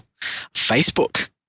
Facebook